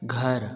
घर